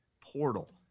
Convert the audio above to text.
portal